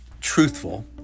truthful